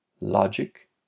logic